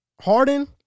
Harden